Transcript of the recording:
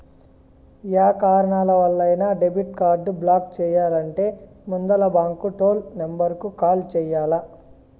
yeah కారణాలవల్లైనా debit card block చెయ్యాలంటే ముందల బాంకు టోల్ నెంబరుకు కాల్ చెయ్యాల్ల